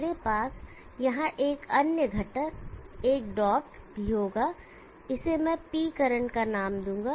मेरे पास यहां एक अन्य घटक एक डॉट भी होगा और मैं इसे P करंट का नाम दूंगा